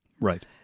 Right